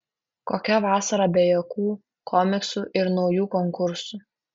kokia vasara be juokų komiksų ir naujų konkursų